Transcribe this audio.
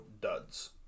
duds